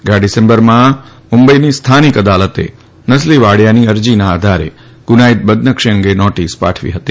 ગથા ડીસેમ્બરમાં મુંબઇની સ્થાનિક અદાલતે નસલી વાડીયાની અરજીના આધારે ગુનાઇત બદનક્ષી અંગે નોટીસ પાઠવી હતી